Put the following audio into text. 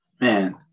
Man